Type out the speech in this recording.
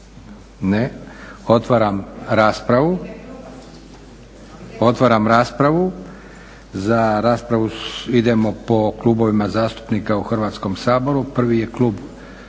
Marinović? Ne. Otvaram raspravu. Idemo po klubovima zastupnika u Hrvatskom saboru. Prvi je Klub